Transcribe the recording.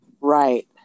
Right